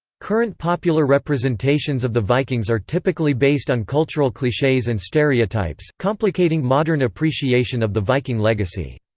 current popular representations of the vikings are typically based on cultural cliches and stereotypes, complicating modern appreciation of the viking legacy.